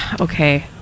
okay